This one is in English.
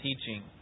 teaching